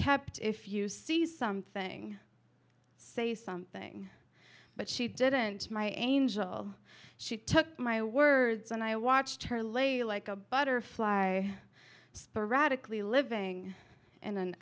kept if you see something say something but she didn't my angel she took my words and i watched her lay like a butterfly sporadically living in an